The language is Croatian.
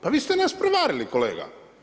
Pa vi ste nas prevarili kolega.